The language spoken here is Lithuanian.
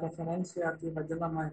referencijoje tai vadinama